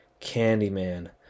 Candyman